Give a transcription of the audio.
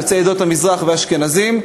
יוצאי עדות המזרח ואשכנזים,